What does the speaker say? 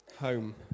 home